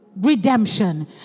redemption